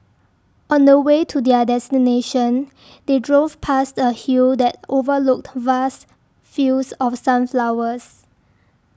on the way to their destination they drove past a hill that overlooked vast fields of sunflowers